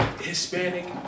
Hispanic